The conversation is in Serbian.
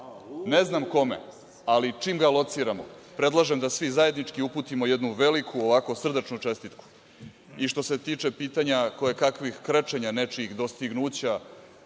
Ne znam kome, ali čim ga alociramo, predlažem da svi zajednički uputimo jednu veliku ovako srdačnu čestitku. Što se tiče pitanja kojekakvih krečenja nečijih dostignuća,